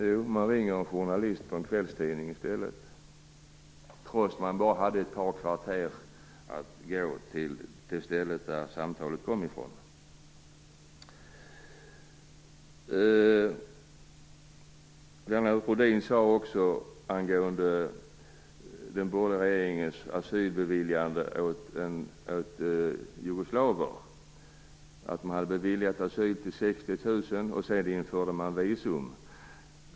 Jo, ombudet ringer i stället en journalist på en kvällstidning, trots att det bara var ett par kvarter till det ställe som samtalet kom från. Lennart Rohdin pratade om den borgerliga regeringens beviljande av asyl för jugoslaver. Man beviljade 60 000 personer asyl och sedan införde man visum.